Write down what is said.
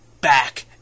back